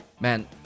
Man